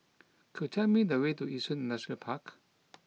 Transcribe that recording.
could you tell me the way to Yishun Industrial Park